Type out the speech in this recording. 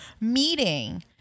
meeting